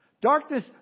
Darkness